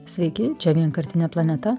sveiki čia vienkartinė planeta